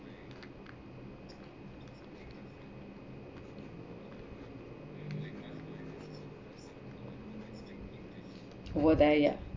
over there yet